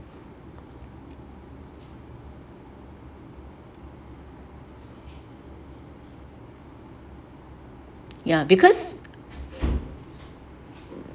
ya because